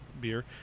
beer